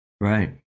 Right